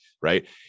right